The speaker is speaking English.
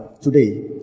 today